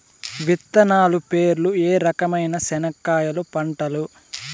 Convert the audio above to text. విత్తనాలు పేర్లు ఏ రకమైన చెనక్కాయలు పంటలు?